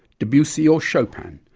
debussy or chopin,